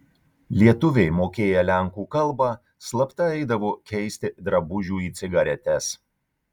lietuviai mokėję lenkų kalbą slapta eidavo keisti drabužių į cigaretes